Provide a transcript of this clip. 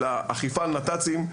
של האכיפה על נת"צים,